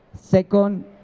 Second